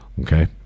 Okay